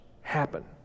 happen